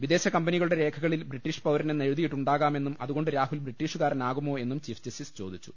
വിദേശ കമ്പനികളുടെ രേഖകളിൽ ബ്രിട്ടിഷ് പൌരനെന്ന് എഴുതിയിട്ടുണ്ടാകാമെന്നും അതുകൊണ്ട് രാഹുൽ ബ്രിട്ടീഷുകാര നാകുമോ എന്നും ചീഫ് ജസ്റ്റിസ് ചോദിച്ചു